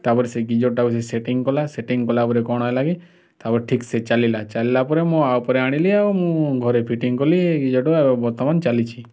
ତାପରେ ସେ ଗିଜର ଟାକୁ ସେ ସେଟିଂ କଲା ସେଟିଂ କଲାପରେ କ'ଣ ହେଲା କି ତାପରେ ଠିକ ସେ ଚାଲିଲା ଚାଲିଲା ପରେ ମୁଁ ଆଉ ପରେ ଆଣିଲି ଆଉ ମୁଁ ଘରେ ଫିଟିଙ୍ଗ କଲି ଗିଜରଟାକୁ ବର୍ତ୍ତମାନ ଚାଲିଛି